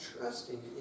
trusting